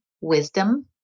wisdom